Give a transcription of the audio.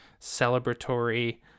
celebratory